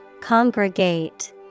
congregate